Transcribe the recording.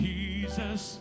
Jesus